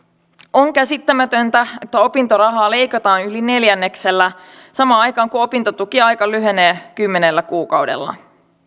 on käsittämätöntä että opintorahaa leikataan yli neljänneksellä samaan aikaan kun opintotukiaika lyhenee kymmenellä kuukaudella